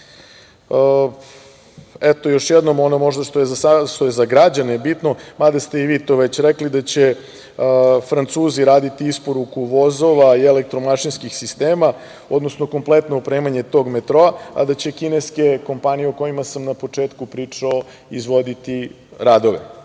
starta. Još jednom ono što je možda za sada, za građane bitno, mada ste i vi to već rekli, da će Francuzi raditi isporuku vozova, i elektro mašinskih sistema, odnosno kompletno opremanje tog metroa, a da će kineske kompanije o kojima sam na početku pričao, izvoditi radove. Pred